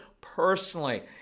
personally